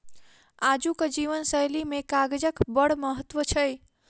आजुक जीवन शैली मे कागजक बड़ महत्व छै